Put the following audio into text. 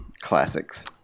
classics